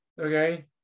okay